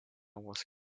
wars